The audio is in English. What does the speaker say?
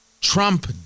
Trump